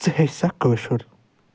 ژٕ ہٮ۪چھ سا کٲشُر